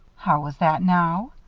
how was that, now?